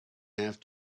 have